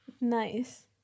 Nice